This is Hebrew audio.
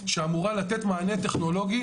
שאמורה לתת מענה טכנולוגי